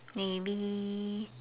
maybe